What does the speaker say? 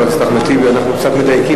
חבר הכנסת אחמד טיבי: אנחנו קצת מדייקים